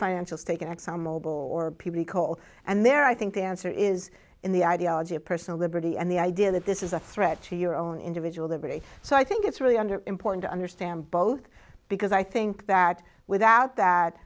financial stake in exxon mobil or coal and there i think the answer is in the ideology of personal liberty and the idea that this is a threat to your own individual liberty so i think it's really under important to understand both because i think that without that